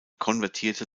konvertierte